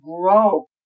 grow